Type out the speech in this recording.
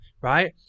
right